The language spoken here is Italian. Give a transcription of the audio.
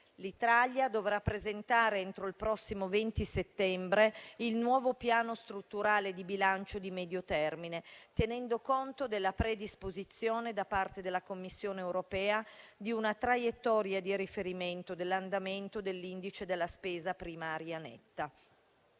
L'Italia dovrà presentare entro il prossimo 20 settembre il nuovo Piano strutturale di bilancio di medio termine, tenendo conto della predisposizione, da parte della Commissione europea, di una traiettoria di riferimento dell'andamento dell'indice della spesa primaria netta.